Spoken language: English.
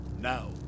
Now